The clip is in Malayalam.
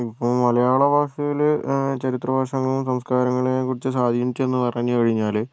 ഇപ്പോൾ മലയാള ഭാഷയില് ചരിത്ര ഭാഷ സംസ്കാരങ്ങളെ കുറിച്ച് സ്വാധീനിച്ചത് എന്ന് പറഞ്ഞു കഴിഞ്ഞാല്